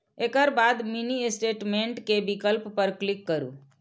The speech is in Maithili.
एकर बाद मिनी स्टेटमेंट के विकल्प पर क्लिक करू